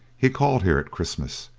he called here at christmas,